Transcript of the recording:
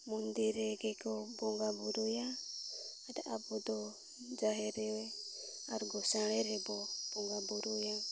ᱢᱚᱱᱫᱤᱨ ᱨᱮᱜᱮ ᱠᱚ ᱵᱚᱸᱜᱟ ᱵᱩᱨᱩᱭᱟ ᱟᱨ ᱟᱵᱚᱫᱚ ᱡᱟᱦᱮᱨ ᱨᱮ ᱟᱨ ᱜᱚᱥᱟᱬᱮ ᱨᱮᱵᱚ ᱵᱚᱸᱜᱟ ᱵᱩᱨᱩᱭᱟ